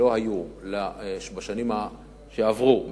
שלא היו בשנים שעברו,